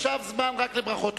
עכשיו זמן לברכות.